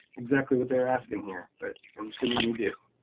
exactly what they're asking here, but i'm assuming you do.